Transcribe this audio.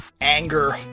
Anger